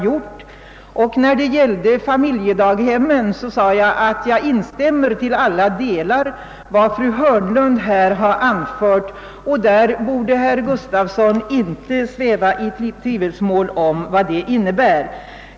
Beträffande familjedaghemmen sade jag också att jag till alla delar instämde i vad fru Hörnlund anfört — och herr Gustafsson borde inte sväva i tvivelsmål om vad det innebar!